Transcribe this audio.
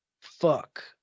Fuck